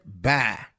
bye